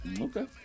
Okay